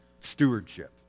stewardship